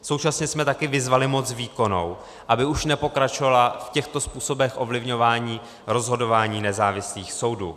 Současně jsme také vyzvali moc výkonnou, aby už nepokračovala v těchto způsobech ovlivňování rozhodování nezávislých soudů.